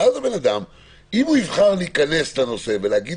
ואם בן אדם יבחר להיכנס לנושא ולהגיד